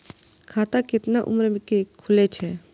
खाता केतना उम्र के खुले छै?